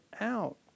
out